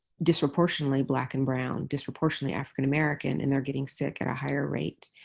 disproportionately black and brown, disproportionately african-american, and they're getting sick at a higher rate.